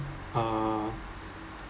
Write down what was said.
ah